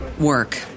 work